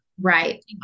right